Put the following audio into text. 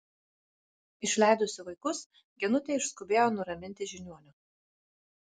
išleidusi vaikus genutė išskubėjo nuraminti žiniuonio